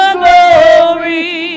glory